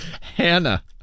Hannah